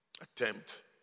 attempt